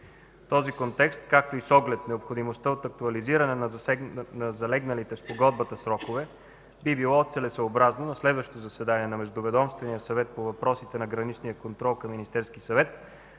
В този контекст, както и с оглед необходимостта от актуализиране на залегналите в Спогодбата срокове, би било целесъобразно на следващо заседание на Междуведомствения съвет по въпросите на граничния контрол към Министерския съвет